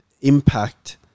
impact